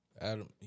Adam